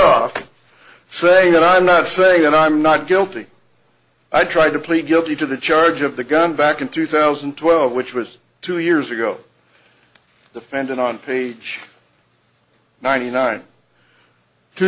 off saying that i'm not saying and i'm not guilty i tried to plead guilty to the charge of the gun back in two thousand and twelve which was two years ago the fenton on page ninety nine two